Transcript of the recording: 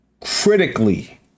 critically